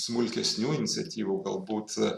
smulkesnių iniciatyvų galbūt